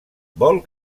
vol